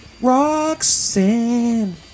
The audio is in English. Roxanne